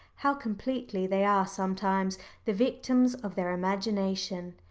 how completely they are sometimes the victims of their imagination,